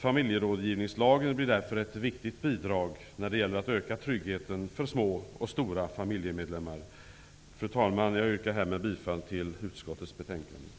Familjerådgivningslagen blir därför ett viktigt bidrag när det gäller att öka tryggheten för små och stora familjemedlemmar. Fru talman! Jag yrkar härmed bifall till hemställan i utskottets betänkande.